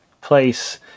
place